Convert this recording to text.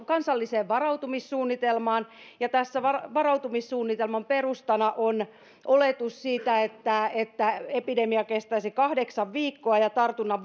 kansalliseen varautumissuunnitelmaan ja varautumissuunnitelman perustana on oletus siitä että että epidemia kestäisi kahdeksan viikkoa ja tartunnan